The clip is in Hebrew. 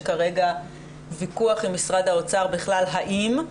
יש כרגע ויכוח עם משרד האוצר בכלל האם,